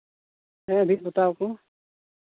ᱦᱮᱸ ᱵᱷᱤᱛ ᱯᱚᱛᱟᱣ ᱠᱚ